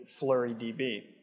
FlurryDB